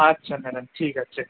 আচ্ছা ম্যাডাম ঠিক আছে